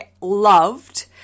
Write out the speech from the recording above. loved